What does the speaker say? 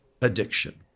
addiction